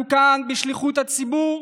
אנחנו כאן בשליחות הציבור